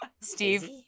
Steve